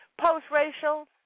Post-racial